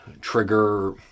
trigger